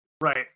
Right